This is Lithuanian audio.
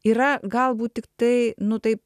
yra galbūt tiktai nu taip